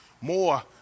more